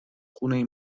خونه